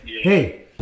hey